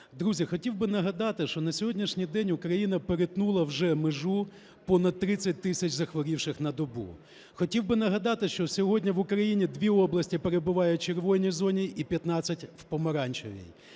Друзі, хотів би нагадати, що на сьогоднішній день Україна перетнула вже межу понад 30 тисяч захворівших на добу. Хотів би нагадати, що сьогодні в Україні дві області перебувають в "червоній" зоні і п'ятнадцять в "помаранчевій".